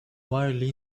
wildly